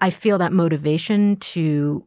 i feel that motivation to.